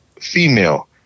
female